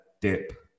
dip